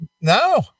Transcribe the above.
No